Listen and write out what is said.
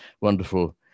wonderful